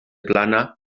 plana